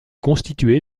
constitué